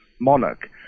monarch